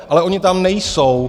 Ale ony tam nejsou.